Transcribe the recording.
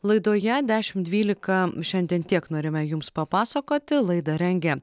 laidoje dešimt dvylika šiandien tiek norime jums papasakoti laidą rengia